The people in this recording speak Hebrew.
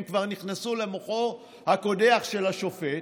הם כבר נכנסו למוחו הקודח של השופט,